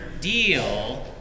deal